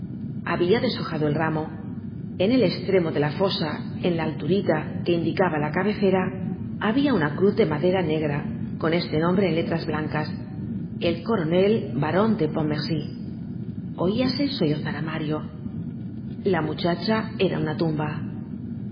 habia deshojado el ramo en el eslremo de la fosa en una alturita que indicaba la cabecera habia una cruz de madera negra con este nombre en letras blancas el coronel baron de pontmercy oíase sollozar á mario la muchacha era una tumba